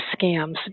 scams